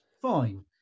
fine